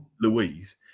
Louise